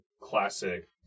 classic